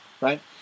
right